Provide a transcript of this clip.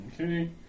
Okay